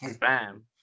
bam